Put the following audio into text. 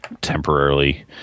temporarily